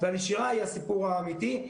והנשירה היא הסיפור האמיתי.